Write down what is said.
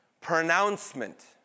pronouncement